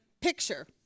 picture